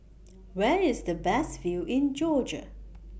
Where IS The Best View in Georgia